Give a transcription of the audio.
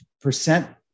percent